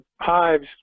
hives